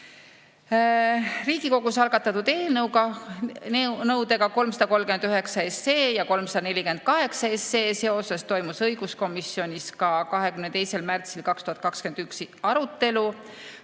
Riigikogus algatatud eelnõudega 339 ja 348 seoses toimus õiguskomisjonis 22. märtsil 2021 arutelu